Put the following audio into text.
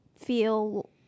feel